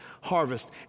harvest